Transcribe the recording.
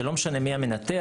שלא משנה מי המנתח,